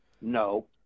No